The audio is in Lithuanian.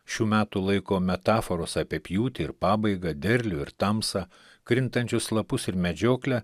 šių metų laiko metaforos apie pjūtį ir pabaigą derlių ir tamsą krintančius lapus ir medžioklę